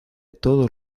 todos